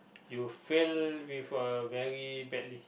you failed with a very badly